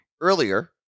Earlier